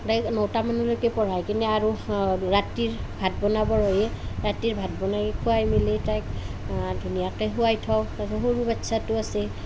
তাইক নটামানলৈকে পঢ়াই কিনে আৰু ৰাতিৰ ভাত বনাব হয়েই ৰাতিৰ ভাত বনাই খুৱাই মেলি তাইক ধুনীয়াকৈ শুৱাই থওঁ তাৰপাছত সৰু বাচ্ছাটো আছে